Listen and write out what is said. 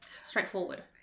straightforward